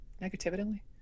negatively